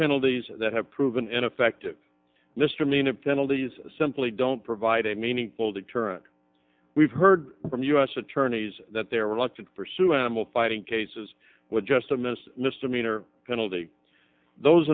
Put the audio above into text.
penalties that have proven ineffective mr mean and penalties simply don't provide a meaningful deterrent we've heard from u s attorneys that they're reluctant to pursue animal fighting cases with just a missed misdemeanor penalty those